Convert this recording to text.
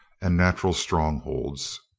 and natural strongholds.